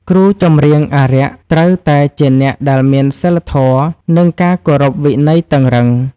គ្រូចម្រៀងអារក្ស ត្រូវតែជាអ្នកដែលមានសីលធម៌ និងការគោរពវិន័យតឹងរ៉ឹង។